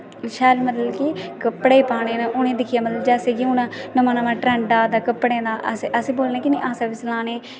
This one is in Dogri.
शैल मतलब कि कपड़े पाने न उ'नेंगी दिक्खियै मतलब जैसे कि हून नमां नमां ट्रेंड आ दा कि कपड़े दा अस अस बोलने कि असें बी सलाने